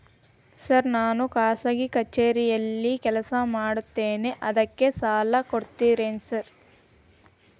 Sir ನಾನು ಖಾಸಗಿ ಕಚೇರಿಯಲ್ಲಿ ಕೆಲಸ ಮಾಡುತ್ತೇನೆ ಅದಕ್ಕೆ ಸಾಲ ಕೊಡ್ತೇರೇನ್ರಿ?